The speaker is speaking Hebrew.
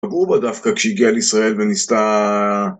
פגעו בה דווקא כשהגיעה לישראל וניסתה...